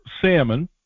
salmon